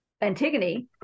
Antigone